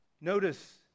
Notice